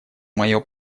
мое